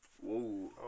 Whoa